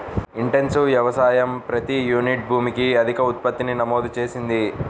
intensive వ్యవసాయం ప్రతి unit భూమికి అధిక ఉత్పత్తిని నమోదు చేసింది